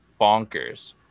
bonkers